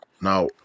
Now